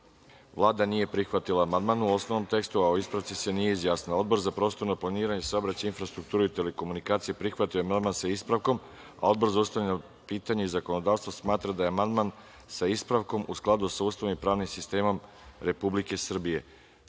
Božić. Vlada nije prihvatila amandman u osnovnom tekstu, a o ispravci se nije izjasnila. Odbor za prostorno planiranje, saobraćaj, infrastrukturu i telekomunikacije prihvatio je amandman sa ispravkom. Odbor za ustavna pitanja i zakonodavstvo smatra da je amandman, sa ispravkom, u skladu sa Ustavom i pravnim sistemom Republike Srbije. Da